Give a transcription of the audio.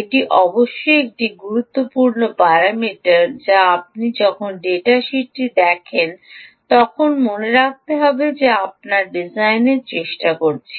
এটি অবশ্যই একটি খুব গুরুত্বপূর্ণ প্যারামিটার যা আপনি যখন ডেটা শীট দেখুন তখন মনে রাখতে হবে যে আমরা ডিজাইনের চেষ্টা করছি